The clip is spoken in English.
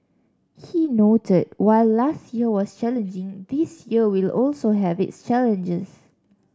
he noted while last year was challenging this year will also have its challenges